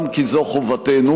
גם כי זו חובתנו,